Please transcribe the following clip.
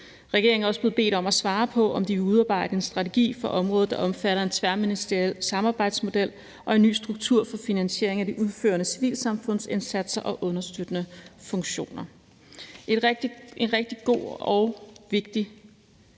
Regeringen er også blevet bedt om at svare på, om de vil udarbejde en strategi for området, der omfatter en tværministeriel samarbejdsmodel og en ny struktur for finansiering af de udførende civilsamfundsindsatser og understøttende funktioner. Det er en rigtig god og vigtig